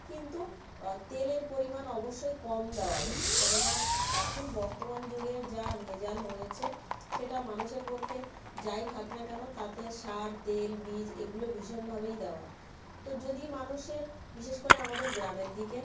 কিন্তু তেলের পরিমাণ অবশ্যই কম দেওয়া উচিত কেননা এখন বর্তমান যুগে যা ভেজাল হয়েছে সেটা মানুষের পক্কে যাই খাক না কেন তাতে সার তেল বীজ এগুলো ভীষণভাবেই দেওয়া তো যদি মানুষের বিশেষ করে আমাদের গ্রামের দিকে